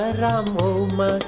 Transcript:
ramoma